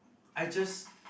I just